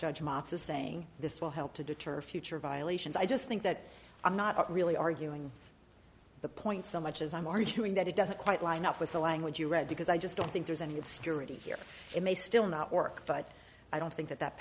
matzah saying this will help to deter future violations i just think that i'm not really arguing the point so much as i'm arguing that it doesn't quite line up with the language you read because i just don't think there's any good security here it may still not work but i don't think that that